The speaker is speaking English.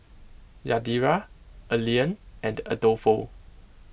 Yadira Allean and Adolfo